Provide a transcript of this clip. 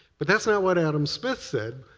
but that's not what adam smith said.